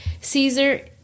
Caesar